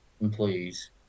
employees